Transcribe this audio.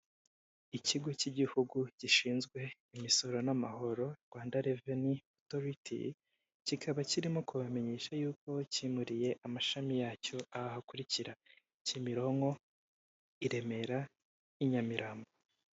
Ikigo cy'igihugu gishinzwe imisoro n'amahoro, Rwanda reveni otoriti, kikaba kirimo kubamenyesha yuko kimuriye amashami yacyo aha hakurikira; Kimironko,i Remera, i Nyamirambo.